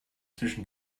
zwischen